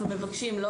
אנחנו מבקשים לא